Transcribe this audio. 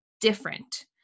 different